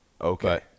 Okay